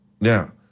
Now